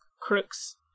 crook's